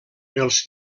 els